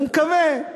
הוא מקווה.